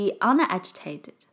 unagitated